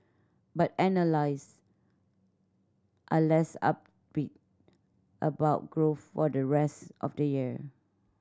but analyst are less upbeat about growth for the rest of the year